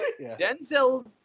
Denzel